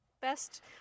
best